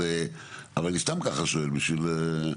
אבל אני סתם ככה שואל, בשביל,